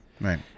Right